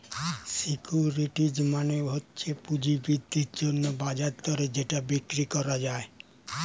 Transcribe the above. securities মানে হচ্ছে পুঁজি বৃদ্ধির জন্যে বাজার দরে যেটা বিক্রি করা যায়